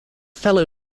fellow